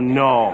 no